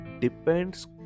depends